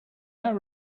our